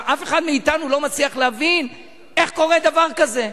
ואף אחד מאתנו לא מצליח להבין איך קורה דבר כזה,